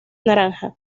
naranjas